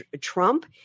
Trump